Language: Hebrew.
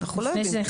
כרגע אנחנו לא יודעים.